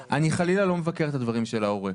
חלילה לא מבקר את הדברים של ההורה,